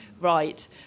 right